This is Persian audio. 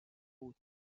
بود